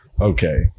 Okay